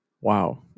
Wow